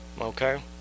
okay